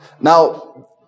Now